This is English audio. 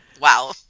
Wow